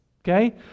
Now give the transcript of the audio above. okay